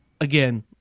again